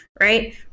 right